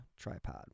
tripod